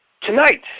Tonight